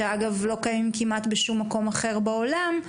שלא קיימים כמעט בשום מקום אחר בעולם,